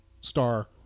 Star